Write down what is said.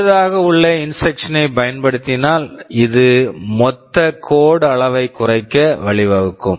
சிறியதாக உள்ள instruction instructions ஐ பயன்படுத்தினால் இது மொத்த கோட் code அளவைக் குறைக்க வழிவகுக்கும்